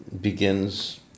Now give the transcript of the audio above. begins